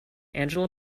angela